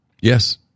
Yes